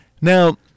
Now